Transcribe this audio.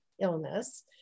illness